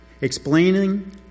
explaining